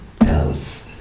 else